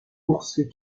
bourses